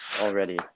already